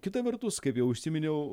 kita vertus kaip jau užsiminiau